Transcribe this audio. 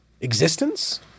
existence